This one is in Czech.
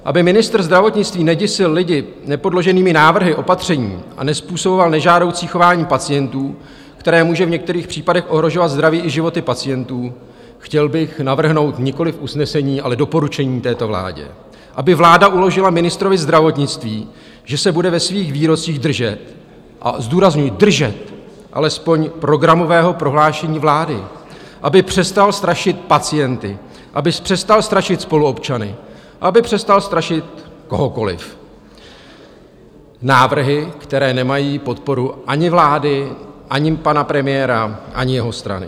Aby ministr zdravotnictví neděsil lidi nepodloženými návrhy opatření a nezpůsoboval nežádoucí chování pacientů, které může v některých případech ohrožovat zdraví i životy pacientů, chtěl bych navrhnout nikoliv usnesení, ale doporučení této vládě, aby vláda uložila ministru zdravotnictví, že se bude ve svých výrocích držet, a zdůrazňuji držet, alespoň programového prohlášení vlády, aby přestal strašit pacienty, aby přestal strašit spoluobčany, aby přestal strašit kohokoliv návrhy, které nemají podporu ani vlády, ani pana premiéra, ani jeho strany.